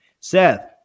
Seth